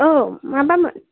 औ माबामोन